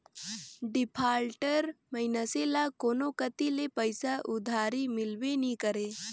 defaulter मइनसे ल कोनो कती ले पइसा उधारी मिलबे नी करे